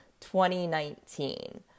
2019